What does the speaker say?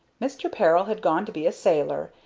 mr. peril had gone to be a sailor,